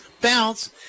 bounce